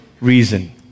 reason